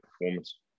performance